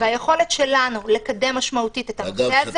והיכולת שלנו לקדם משמעותית את הנושא הזה